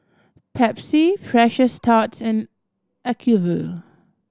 Pepsi Precious Thots and Acuvue